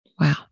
Wow